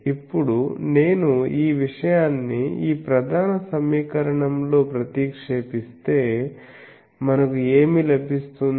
ఇప్పుడు నేను ఈ విషయాన్ని ఈ ప్రధాన సమీకరణంలో ప్రతిక్షేపిస్తే మనకు ఏమి లభిస్తుంది